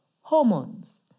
Hormones